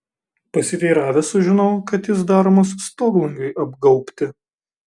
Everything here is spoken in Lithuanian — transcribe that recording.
pasiteiravęs sužinau kad jis daromas stoglangiui apgaubti